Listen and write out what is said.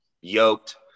yoked